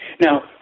Now